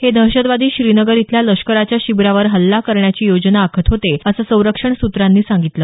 हे दहशतवादी श्रीनगर इथल्या लष्कराच्या शिबिरावर हल्ला करण्याची योजना आखत होते असं संरक्षण सूत्रांनी सांगितलं